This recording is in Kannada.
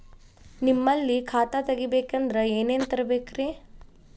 ನಿಮ್ಮಲ್ಲಿ ಖಾತಾ ತೆಗಿಬೇಕಂದ್ರ ಏನೇನ ತರಬೇಕ್ರಿ?